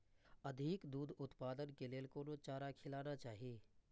अधिक दूध उत्पादन के लेल कोन चारा खिलाना चाही?